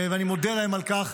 ואני מודה להם על כך,